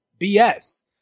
BS